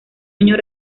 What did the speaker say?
año